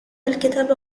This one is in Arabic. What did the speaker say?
الكتاب